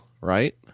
right